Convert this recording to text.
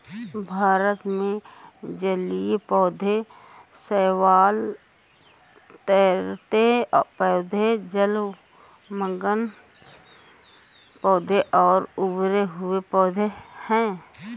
भारत में जलीय पौधे शैवाल, तैरते पौधे, जलमग्न पौधे और उभरे हुए पौधे हैं